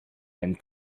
and